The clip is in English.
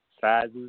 sizes